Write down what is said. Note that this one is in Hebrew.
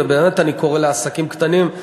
ובאמת אני קורא לעסקים קטנים,